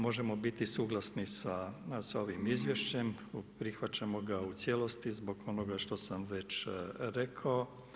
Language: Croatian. Možemo biti suglasni sa ovim izvješćem, prihvaćamo ga u cijelosti zbog onoga što sam već rekao.